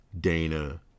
Dana